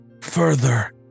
further